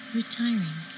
retiring